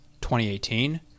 2018